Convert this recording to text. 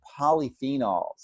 polyphenols